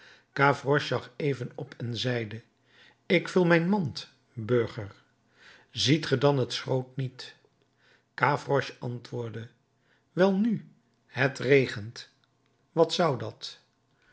even op en zeide ik vul mijn mand burger ziet ge dan het schroot niet gavroche antwoordde welnu het regent wat zou dat